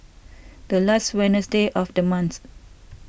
the last Wednesday of the month